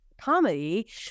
comedy